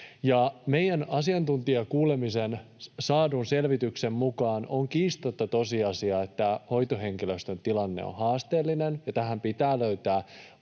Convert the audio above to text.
Meidän asiantuntijakuulemisessa saadun selvityksen mukaan on kiistatta tosiasia, että hoitohenkilöstön tilanne on haasteellinen ja tähän pitää löytää